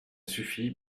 suffit